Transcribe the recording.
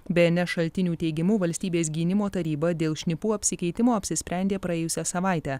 bns šaltinių teigimu valstybės gynimo taryba dėl šnipų apsikeitimo apsisprendė praėjusią savaitę